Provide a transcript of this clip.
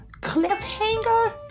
cliffhanger